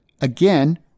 Again